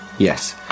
Yes